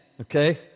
okay